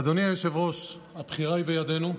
אדוני היושב-ראש, הבחירה היא בידינו.